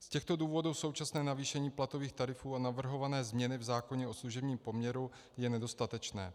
Z těchto důvodů současné navýšení platových tarifů a navrhované změny v zákoně o služebním poměru je nedostatečné.